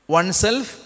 oneself